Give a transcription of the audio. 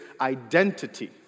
Identity